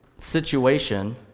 situation